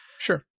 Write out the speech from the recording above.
Sure